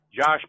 Josh